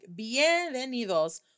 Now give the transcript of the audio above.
Bienvenidos